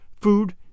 food